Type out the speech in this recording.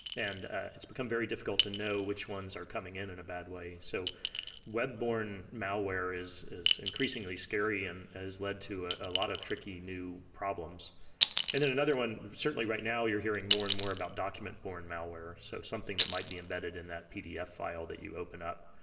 and ah it's become very difficult to know which ones are coming in in a bad way. so web borne malware is is increasingly scary and has led to ah a lot of tricky new problems and then another one, certainly right now you're hearing more and more about document-borne malware, so something that might be embedded in that pdf file that you open up.